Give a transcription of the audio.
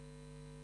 סדר-היום.